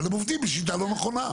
אבל הם עובדים בשיטה לא נכונה.